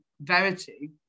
Verity